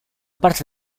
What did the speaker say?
parte